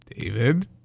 David